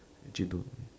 Jidu